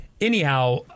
anyhow